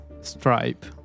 stripe